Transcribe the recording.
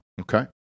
Okay